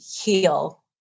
heal